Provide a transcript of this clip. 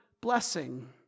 blessing